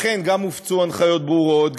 לכן הופצו הנחיות ברורות,